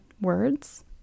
words